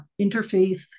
interfaith